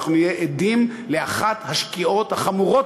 אנחנו נהיה עדים לאחת השגיאות החמורות